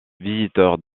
visiteurs